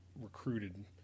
recruited